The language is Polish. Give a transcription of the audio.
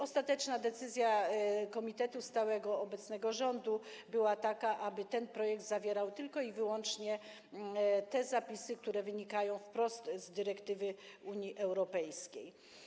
Ostateczna decyzja komitetu stałego obecnego rządu była taka, aby ten projekt zawierał tylko i wyłącznie zapisy, które wynikają wprost z dyrektywy Unii Europejskiej.